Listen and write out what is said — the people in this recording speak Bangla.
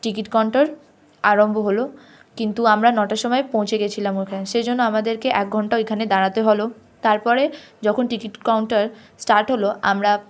টিকিট কাউন্টার আরম্ভ হলো কিন্তু আমরা নটার সময় পৌঁছে গিয়েছিলাম ওখানে সেই জন্য আমাদেরকে এক ঘণ্টা ওখানে দাঁড়াতে হলো তার পরে যখন টিকিট কাউন্টার স্টার্ট হলো আমরা